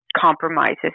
compromises